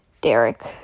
Derek